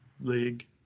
league